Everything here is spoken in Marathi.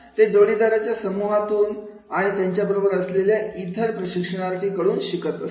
ते ते जोडीदाराच्या समूहातून त्यांच्या बरोबर असलेल्या इतर प्रशिक्षणार्थी कडून शिकत असतात